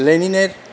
লেনিনের